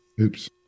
oops